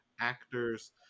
actors